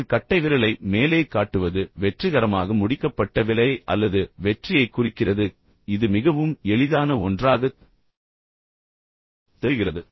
உங்கள் கட்டைவிரலை மேலே காட்டுவது வெற்றிகரமாக முடிக்கப்பட்ட வேலை அல்லது வெற்றியைக் குறிக்கிறது இது மிகவும் எளிதான ஒன்றாகத் தெரிகிறது